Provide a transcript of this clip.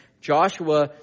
Joshua